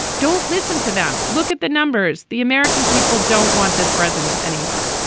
don't listen to them. look at the numbers. the american people don't want this president anymore.